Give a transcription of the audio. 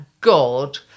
God